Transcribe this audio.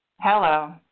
Hello